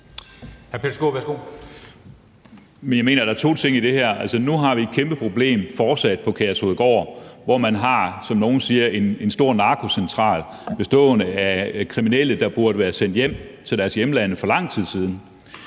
der er to ting i det her. Nu har vi et kæmpe problem fortsat på Kærshovedgård, hvor man har, som nogle siger, en stor narkocentral bestående af kriminelle, der burde være sendt hjem til deres hjemlande for lang tid siden.